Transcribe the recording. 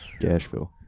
Gashville